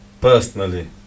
Personally